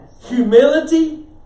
Humility